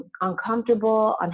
uncomfortable